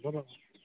হ'ব বাৰু